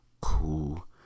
Cool